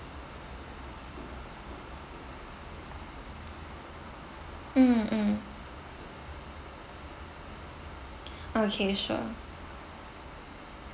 mmhmm mmhmm okay sure